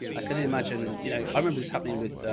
i couldn't imagine, you know, i remember this happening with,